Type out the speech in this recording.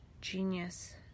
genius